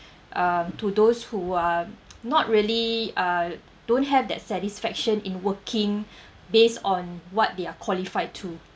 um to those who are not really uh don't have that satisfaction in working based on what they are qualified to